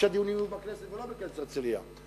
שהדיונים יהיו בכנסת ולא בכנס הרצלייה,